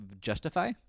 justify